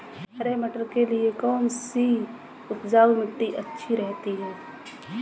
हरे मटर के लिए कौन सी उपजाऊ मिट्टी अच्छी रहती है?